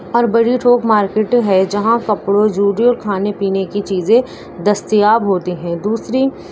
اور بڑی تھوک مارکیٹ ہے جہاں کپڑوں جوڈری اور کھانے پینے کی چیزیں دستیاب ہوتی ہیں دوسری